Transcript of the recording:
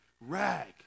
rag